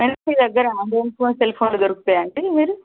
madam మీ దగ్గర Android phone cell ఫోన్లు దొరుకుతాయి అండి మీరు